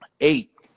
eight